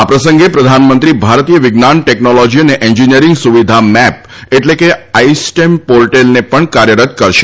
આ પ્રસંગે પ્રધાનમંત્રી ભારતીય વિજ્ઞાન ટેકનોલોજી અને એન્જીનિયરિંગ સુવિધા મેપ એટલે કે આઈ સ્ટેમ પોર્ટેલને પણ કાર્યરત કરશે